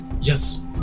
yes